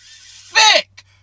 thick